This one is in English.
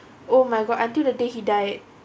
oh my god until the day he died